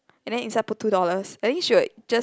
and then inside put two dollars then you should just